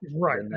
Right